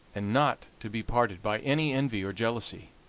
and not to be parted by any envy or jealousy